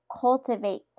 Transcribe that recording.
cultivate